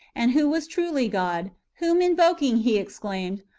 and who was truly god whom invoking, he exclaimed,